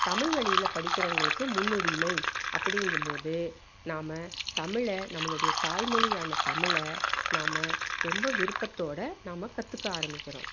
தமிழ் வழியில படிக்கிறவங்களுக்கு முன்னுரிமை அப்படிங்கும்போது நாம் தமிழ நம்மளுடைய தாய்மொழியான தமிழ நாம் ரொம்ப விருப்பதோடு நாம் கற்றுக்க ஆரம்பிக்கிறோம்